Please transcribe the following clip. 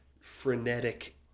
frenetic